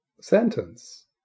sentence